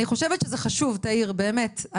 אני חושבת שזה חשוב, תאיר, באמת.